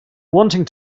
wanting